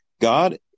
God